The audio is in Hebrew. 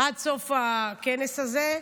עד סוף הכנס הזה,